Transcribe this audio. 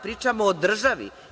Pričamo o državi.